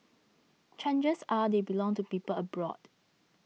chances are they belong to people abroad